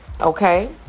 okay